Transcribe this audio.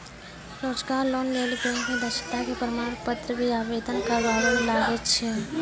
रोजगार लोन लेली बैंक मे दक्षता के प्रमाण पत्र भी आवेदन करबाबै मे लागै छै?